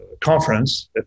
conference